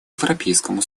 европейскому